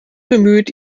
bemüht